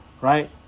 right